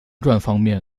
方面